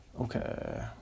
okay